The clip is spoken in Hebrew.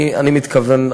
אני מתכוון,